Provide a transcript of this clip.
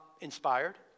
inspired